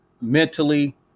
mentally